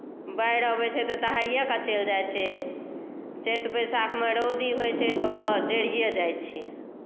बाढ़ि अबै छै तऽ दहाइयेके चलि जाइ छै चैत बैशाखमे रौदी होइ छै तऽ ओ जरिये जाइ छै